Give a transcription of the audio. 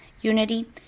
unity